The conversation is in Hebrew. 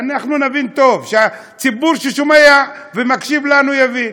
שאנחנו נבין טוב שהציבור ששומע ומקשיב לנו יבין.